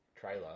trailer